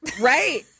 Right